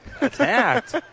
Attacked